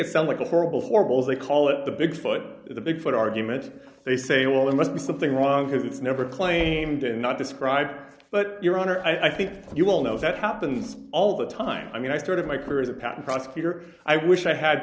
it sound like a horrible horrible they call it the bigfoot the bigfoot arguments they say well it must be something wrong because it's never claimed and not described but your honor i think you will know that happens all the time i mean i started my career as a patent prosecutor i wish i had